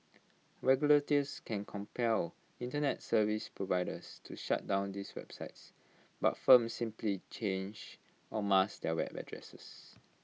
regulators can compel Internet service providers to shut down these websites but firms simply change or mask their web addresses